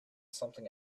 something